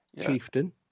chieftain